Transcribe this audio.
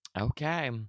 Okay